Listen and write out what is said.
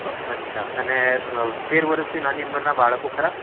અ અચ્છા અને તેર વરસથી નાની ઉંમરનાં બાળકો ખરાં